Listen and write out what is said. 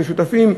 כשותפים,